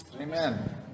Amen